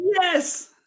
Yes